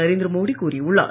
நரேந்திர மோடி கூறியுள்ளார்